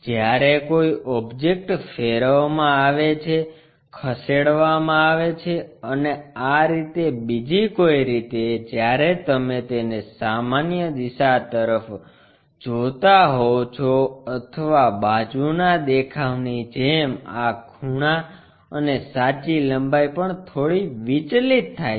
જ્યારે કોઈ ઓબ્જેક્ટ ફેરવવામાં આવે છે ખસેડવામાં આવે છે અને આ રીતે બીજી કોઈ રીતે જ્યારે તમે તેને સામાન્ય દિશા તરફ જોતા હોવ છો અથવા બાજુના દેખાવની જેમ આ ખૂણા અને સાચી લંબાઈ પણ થોડી વિચલિત થાય છે